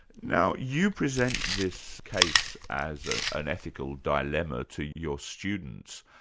now you present this case as ah an ethical dilemma to your students.